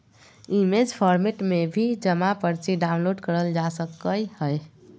image format में भी जमा पर्ची डाउनलोड करल जा सकय हय